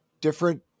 different